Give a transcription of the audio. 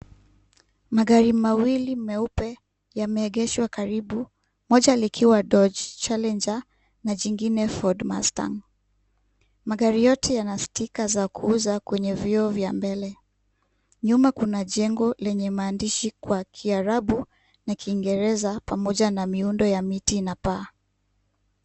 Magari mawili meupe yameegeshwa karibu, moja likiwa Dodge Challenger na jingine Ford Mustang. Magari yote yana stika za kuuza kwenye vioo vya mbele. Nyuma kuna jengo lenye maandishi kwa Kiarabu na Kiingereza pamoja na miundo ya miti na paa.